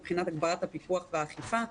הפיקוח הנדרש ועוד.